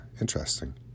interesting